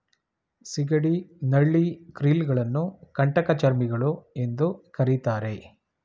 ಸಿಗಡಿ, ನಳ್ಳಿ, ಕ್ರಿಲ್ ಗಳನ್ನು ಕಂಟಕಚರ್ಮಿಗಳು ಎಂದು ಕರಿತಾರೆ